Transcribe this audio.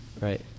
right